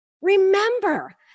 remember